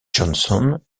johnson